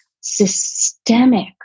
systemic